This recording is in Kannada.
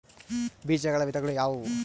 ಬೇಜಗಳ ವಿಧಗಳು ಯಾವುವು?